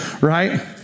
right